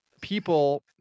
people